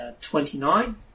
Twenty-nine